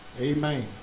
Amen